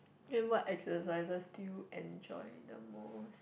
then what exercises do you enjoy the most